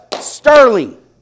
sterling